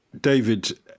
David